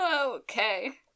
Okay